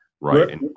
right